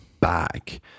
back